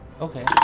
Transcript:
Okay